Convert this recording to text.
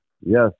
yes